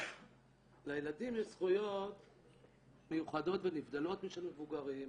לילדים יש זכויות מיוחדות ונבדלות משל מבוגרים,